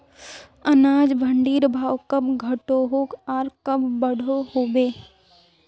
अनाज मंडीर भाव कब घटोहो आर कब बढ़ो होबे?